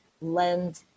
lend